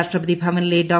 രാഷ്ട്രപതി ഭവനിലെ ഡോ